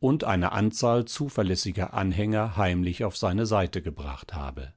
und eine anzahl zuverlässiger anhänger heimlich auf seine seite gebracht habe